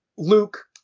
Luke